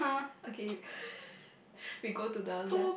okay we go to the left